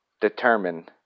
determine